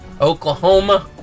Oklahoma